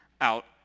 out